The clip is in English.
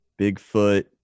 Bigfoot